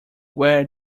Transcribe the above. where